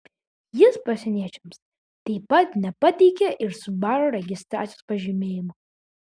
jis pasieniečiams taip pat nepateikė ir subaru registracijos pažymėjimo